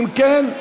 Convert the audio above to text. אם כן,